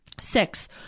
Six